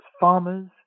farmers